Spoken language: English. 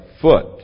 foot